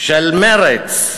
של מרצ?